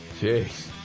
Jeez